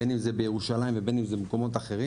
בין אם זה בירושלים או במקומות אחרים.